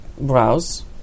browse